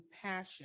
compassion